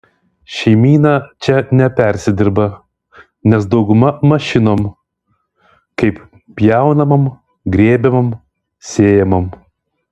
šeimyna čia nepersidirba nes dauguma mašinom kaip pjaunamom grėbiamom sėjamom